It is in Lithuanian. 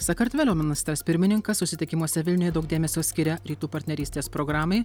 sakartvelo ministras pirmininkas susitikimuose vilniuje daug dėmesio skiria rytų partnerystės programai